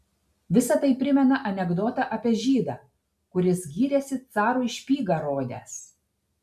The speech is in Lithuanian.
visa tai primena anekdotą apie žydą kuris gyrėsi carui špygą rodęs